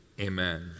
amen